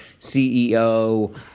CEO